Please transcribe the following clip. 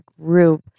group